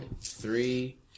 three